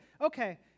okay